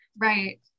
Right